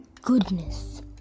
goodness